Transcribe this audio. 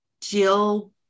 Jill